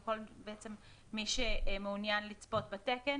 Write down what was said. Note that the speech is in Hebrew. בעצם לכל מי שמעוניין לצפות בתקן